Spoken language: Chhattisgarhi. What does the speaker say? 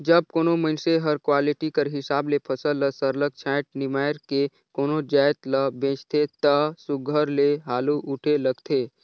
जब कोनो मइनसे हर क्वालिटी कर हिसाब ले फसल ल सरलग छांएट निमाएर के कोनो जाएत ल बेंचथे ता सुग्घर ले हालु उठे लगथे